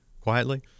quietly